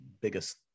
biggest